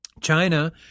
China